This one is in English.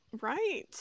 Right